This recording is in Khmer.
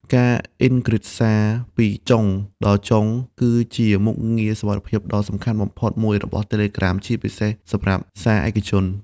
ការអ៊ិនគ្រីបសារពីចុងដល់ចុង (end-to-end encryption) គឺជាមុខងារសុវត្ថិភាពដ៏សំខាន់បំផុតមួយរបស់ Telegram ជាពិសេសសម្រាប់ សារឯកជន។